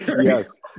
Yes